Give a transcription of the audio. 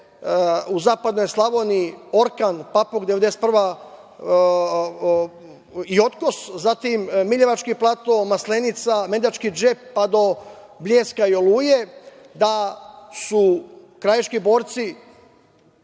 u Zapadnoj Slavoniji, „Orkan“, „Papuk 91“, „Otkos“, zatim "Miljevački plato", "Maslenica", "Medački džep", pa do "Bljeska" i "Oluje", da su krajiški borci